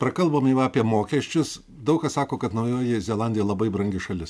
prakalbom jau apie mokesčius daug kas sako kad naujoji zelandija labai brangi šalis